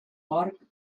porc